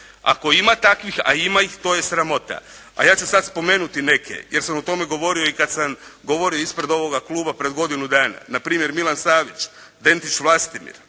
Ako ima takvih a ima ih to je sramota. A ja ću sad spomenuti neke jer sam o tome govorio i kad sam govorio ispred ovoga Kluba pred godinu dana. Na primjer Milan Salić, Tenzić Vlastimir,